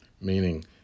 meaning